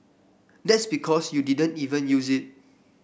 that's because you didn't even use it